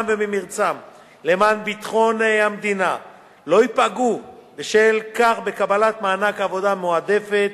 וממרצם למען ביטחון המדינה לא ייפגעו בשל כך בקבלת מענק עבודה מועדפת,